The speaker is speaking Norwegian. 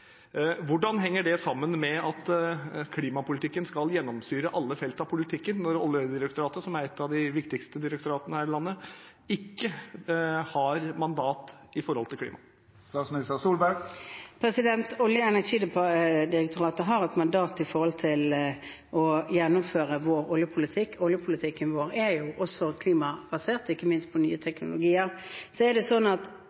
Hvordan henger det sammen med at klimapolitikken skal gjennomsyre alle felt av politikken, når Oljedirektoratet, som er et av de viktigste direktoratene her i landet, ikke har mandat for klima? Oljedirektoratet har et mandat for å gjennomføre vår oljepolitikk. Oljepolitikken vår er klimabasert, ikke minst på nye